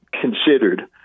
considered